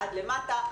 עד למטה,